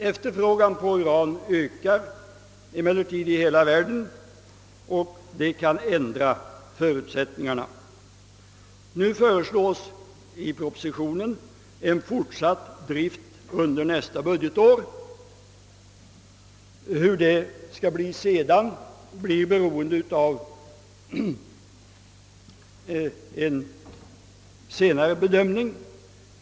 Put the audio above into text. Efterfrågan på uran ökar emellertid i hela världen, vilket kan ändra förutsättningarna. I statsverkspropositionen föreslås fortsatt drift av uranverket under nästa budgetår. Hur det därefter skall ordnas får bli beroende av en senare bedömning.